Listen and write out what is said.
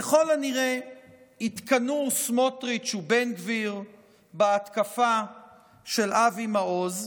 ככל הנראה התקנאו סמוטריץ' ובן גביר בהתקפה של אבי מעוז,